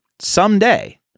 someday